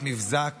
את מבזק